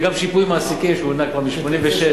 אלא יש גם שיפוי מעסיקים שהונהג פה מ-1986.